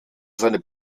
seine